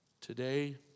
today